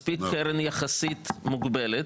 כך שהקרן יחסית מוגבלת,